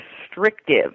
restrictive